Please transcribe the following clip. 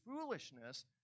foolishness